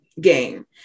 game